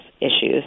issues